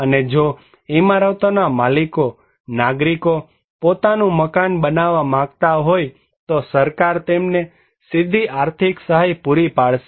અને જો ઈમારતોના માલિકો નાગરિકો પોતાનું મકાન બનાવવા માંગતા હોય તો સરકાર તેમને સિદ્ધિ આર્થિક સહાય પૂરી પાડશે